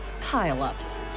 pile-ups